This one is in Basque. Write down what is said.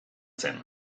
zen